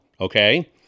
okay